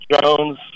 Jones